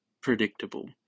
predictable